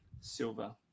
Silver